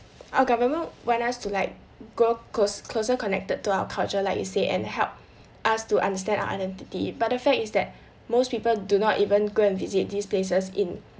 our government want us to like go close closer connected to our culture like you say and help us to understand our identity but the fact is that most people do not even go and visit these places in